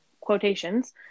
quotations